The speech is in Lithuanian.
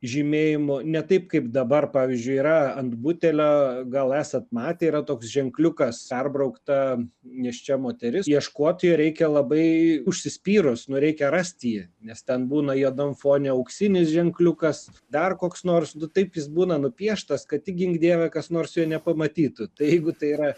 žymėjimu ne taip kaip dabar pavyzdžiui yra ant butelio gal esat matę yra toks ženkliukas perbraukta nėščia moteris ieškoti reikia labai užsispyrus nu reikia rast jį nes ten būna juodam fone auksinis ženkliukas dar koks nors nu taip jis būna nupieštas kad tik gink dieve kas nors jo nepamatytų tai jeigu tai yra